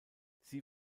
sie